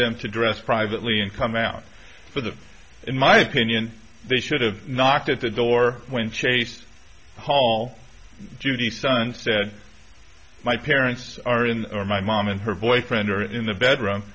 them to dress privately and come out for the in my opinion they should have knocked at the door when chased hall judy son said my parents are in or my mom and her boyfriend are in the bedroom